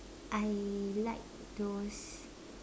I like those